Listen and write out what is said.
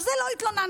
על זה לא התלוננת.